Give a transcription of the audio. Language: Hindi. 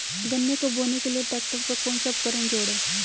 गन्ने को बोने के लिये ट्रैक्टर पर कौन सा उपकरण जोड़ें?